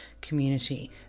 community